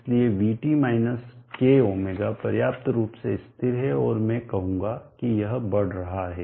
इसलिए vt minus kω पर्याप्त रूप से स्थिर है और मैं कहूंगा कि यह बढ़ रहा है